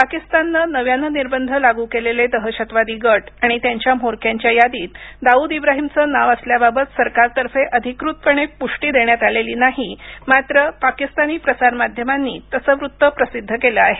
पाकिस्ताननं नव्यानं निर्बंध लागू केलेले दहशतवादी गट आणि त्यांच्या म्होरक्यांच्या यादीत दाऊद इब्राहिमचं नाव असल्याबाबत सरकारतर्फे अधिकृतपणे प्ष्टी देण्यात आलेली नाही मात्र पाकिस्तानी प्रसारमाध्यमांनी तसं वृत्त प्रसिद्ध केलं आहे